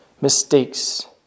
mistakes